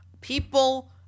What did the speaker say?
People